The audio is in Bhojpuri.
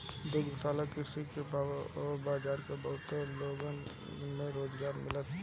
दुग्धशाला कृषि के बाजार से बहुत लोगन के रोजगार मिलता